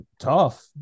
tough